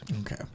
Okay